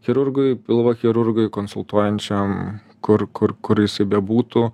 chirurgui pilvo chirurgui konsultuojančiam kur kur kur jisai bebūtų